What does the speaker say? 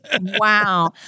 Wow